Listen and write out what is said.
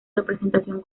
representación